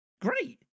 great